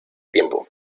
tiempo